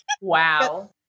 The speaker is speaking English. Wow